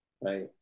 right